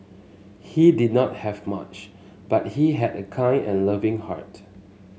he did not have much but he had a kind and loving heart